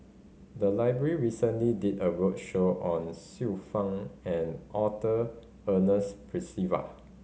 the library recently did a roadshow on Xiu Fang and Arthur Ernest Percival